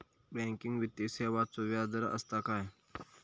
Banking वित्तीय सेवाचो व्याजदर असता काय?